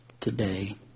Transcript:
today